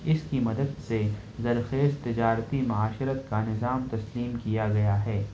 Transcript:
اس کی مدد سے زرخیر تجارتی معاشرت کا نظام تسلیم کیا گیا ہے